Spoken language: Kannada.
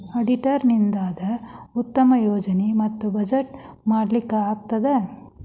ಅಡಿಟರ್ ನಿಂದಾ ಉತ್ತಮ ಯೋಜನೆ ಮತ್ತ ಬಜೆಟ್ ಮಾಡ್ಲಿಕ್ಕೆ ಆಗ್ತದ